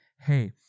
hey